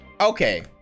Okay